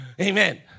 Amen